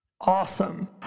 Awesome